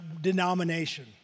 denomination